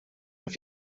here